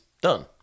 done